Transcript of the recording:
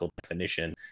definition